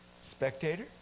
Spectator